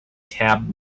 tab